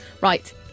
Right